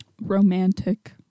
Romantic